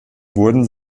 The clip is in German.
wurden